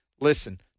Listen